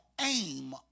aim